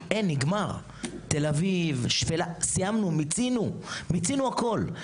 תל אביב, שפלה, סיימנו, מיצינו הכל.